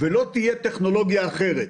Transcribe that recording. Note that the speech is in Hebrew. לא תהיה טכנולוגיה אחרת,